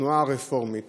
התנועה הרפורמית